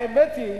האמת היא,